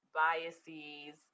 biases